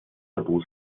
tabu